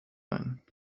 sein